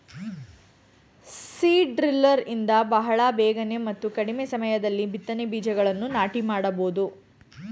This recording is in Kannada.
ಸೀಡ್ ಡ್ರಿಲ್ಲರ್ ಇಂದ ಬಹಳ ಬೇಗನೆ ಮತ್ತು ಕಡಿಮೆ ಸಮಯದಲ್ಲಿ ಬಿತ್ತನೆ ಬೀಜಗಳನ್ನು ನಾಟಿ ಮಾಡಬೋದು